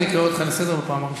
אני קורא אותך לסדר בפעם הראשונה.